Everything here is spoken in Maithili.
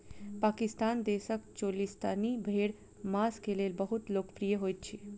पाकिस्तान देशक चोलिस्तानी भेड़ मांस के लेल बहुत लोकप्रिय होइत अछि